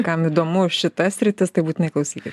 kam įdomu šita sritis tai būtinai klausykit